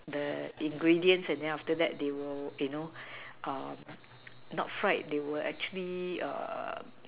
the ingredients and then after that they will you know not fried they will actually